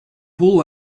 pool